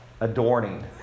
Adorning